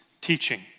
teaching